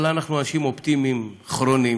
אבל אנחנו אנשים אופטימיים כרוניים,